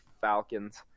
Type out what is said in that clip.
Falcons